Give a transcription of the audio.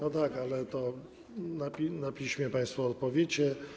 No tak, ale to na piśmie państwo odpowiecie.